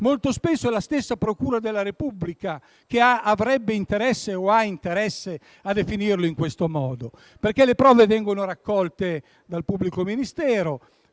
Molto spesso, la stessa procura della Repubblica avrebbe o ha interesse a definirlo in questo modo, perché le prove vengono raccolte dal pubblico ministero,